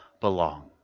belong